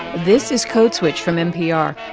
this is code switch from npr.